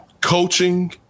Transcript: coaching